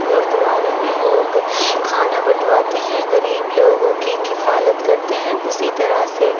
گرودوارے میں لوگ کھانا بٹواتے ہیں غریب لوگوں کی کفالت کرتے ہیں اسی طرح سے